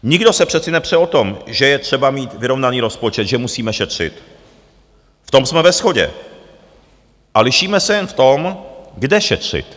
Nikdo se přece nepře o to, že je třeba mít vyrovnaný rozpočet, že musíme šetřit, v tom jsme ve shodě, a lišíme se jen v tom, kde šetřit.